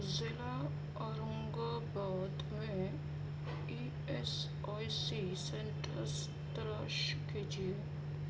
ضلع اورنگ آباد میں E S I C centres تلاش کیجیے